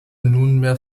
nunmehr